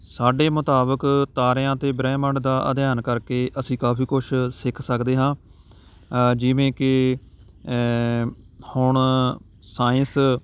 ਸਾਡੇ ਮੁਤਾਬਕ ਤਾਰਿਆਂ ਅਤੇ ਬ੍ਰਹਿਮੰਡ ਦਾ ਅਧਿਐਨ ਕਰਕੇ ਅਸੀਂ ਕਾਫ਼ੀ ਕੁਛ ਸਿੱਖ ਸਕਦੇ ਹਾਂ ਜਿਵੇਂ ਕਿ ਹੁਣ ਸਾਇੰਸ